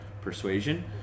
persuasion